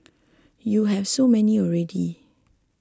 you have so many already